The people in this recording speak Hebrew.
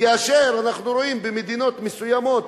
כאשר אנחנו רואים במדינות מסוימות,